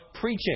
preaching